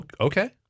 Okay